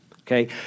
okay